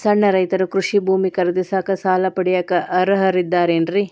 ಸಣ್ಣ ರೈತರು ಕೃಷಿ ಭೂಮಿ ಖರೇದಿಸಾಕ, ಸಾಲ ಪಡಿಯಾಕ ಅರ್ಹರಿದ್ದಾರೇನ್ರಿ?